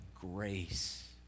grace